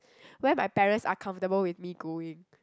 where my parents are comfortable with me going